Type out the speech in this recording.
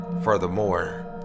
Furthermore